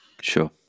Sure